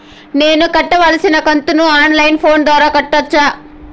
నేను కట్టాల్సిన కంతును ఆన్ లైను ఫోను ద్వారా కట్టొచ్చా?